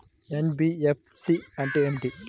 NBFC అంటే ఏమిటి?